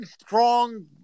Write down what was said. strong